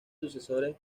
sucesores